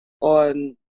on